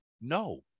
no